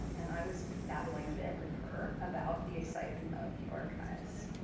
and i was babbling a bit with her about the excitement of the archives.